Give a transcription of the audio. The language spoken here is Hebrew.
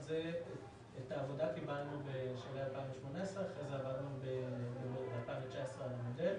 את העבודה קיבלנו בשלהי 2018. ב-2019 עבדנו על המודל.